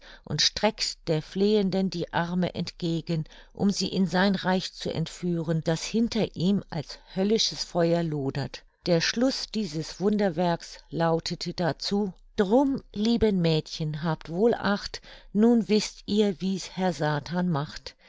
und streckt der flehenden die arme entgegen um sie in sein reich zu entführen das hinter ihm als höllisches feuer lodert der schluß dieses wunderwerks lautete dazu drum lieben mädchen habt wohl acht nun wißt ihr wie's herr satan macht